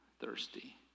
thirsty